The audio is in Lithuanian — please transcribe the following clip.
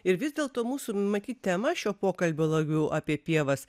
ir vis dėlto mūsų matyt tema šio pokalbio labiau apie pievas